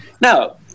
Now